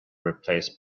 replaced